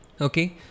Okay